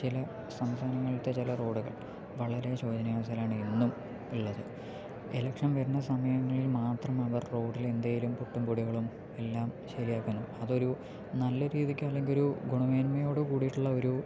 ചില സംസ്ഥാനങ്ങളിലത്തെ ചില റോഡുകൾ വളരെ ശോചനീയാവസ്ഥയിലാണ് ഇന്നും ഉള്ളത് എലെക്ഷൻ വരുന്ന സമയങ്ങളിൽ മാത്രം അവർ റോഡിൽ എന്തേലും പൊട്ടും പൊടികളും എല്ലാം ശരിയാക്കുന്നു അതൊരു നല്ല രീതിക്ക് അല്ലെങ്കിൽ ഒരു ഗുണമേന്മയോട് കൂടിയിട്ടുള്ള ഒരു